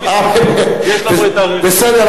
בסדר,